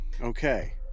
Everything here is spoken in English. Okay